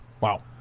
Wow